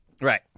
Right